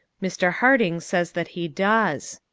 mr. harding says that he does.